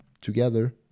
together